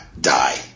die